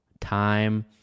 time